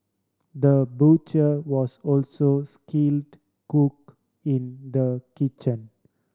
the butcher was also skilled cook in the kitchen